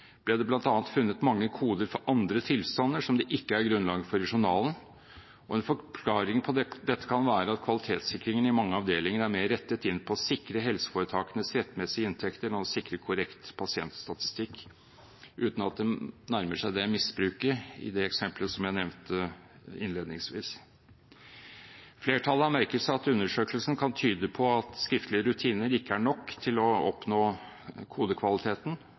ble det bl.a. funnet mange koder for tilstander som det ikke er grunnlag for, i journalen, og en forklaring på dette kan være at kvalitetssikringen i mange avdelinger er mer rettet inn på å sikre helseforetakenes rettmessige inntekter enn å sikre korrekt pasientstatistikk – uten at det nærmer seg misbruket i det eksempelet som jeg nevnte innledningsvis. Flertallet har merket seg at undersøkelsen kan tyde på at skriftlige rutiner ikke er nok til å oppnå kodekvaliteten,